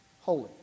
holy